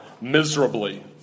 miserably